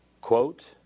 Quote